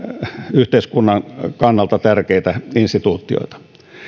yhteiskunnan kannalta tärkeitä instituutioita